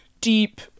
deep